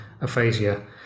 aphasia